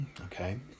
Okay